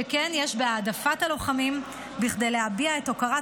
שכן יש בהעדפת הלוחמים כדי להביע את הוקרת